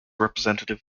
representative